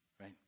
right